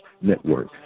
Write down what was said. Network